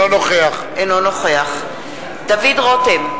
אינו נוכח דוד רותם,